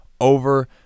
over